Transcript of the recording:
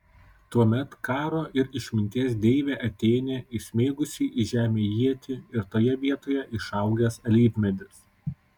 tuomet karo ir išminties deivė atėnė įsmeigusi į žemę ietį ir toje vietoje išaugęs alyvmedis